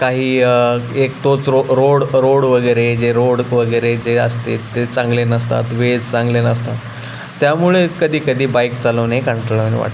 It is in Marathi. काही एक तोच रो रोड रोड वगैरे जे रोड वगैरे जे असते ते चांगले नसतात वेज चांगले नसतात त्यामुळे कधी कधी बाईक चालवणे कंटाळवाणे वाटतं